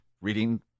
reading